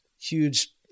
huge